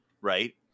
right